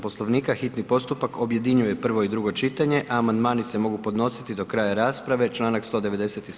Poslovnika hitni postupak objedinjuje prvo i drugo čitanje, a amandmani se mogu podnositi do kraja rasprave članak 197.